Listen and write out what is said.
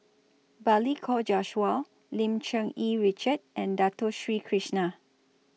Balli Kaur Jaswal Lim Cherng Yih Richard and Dato Sri Krishna